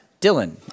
Dylan